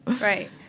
right